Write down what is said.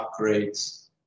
upgrades